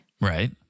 Right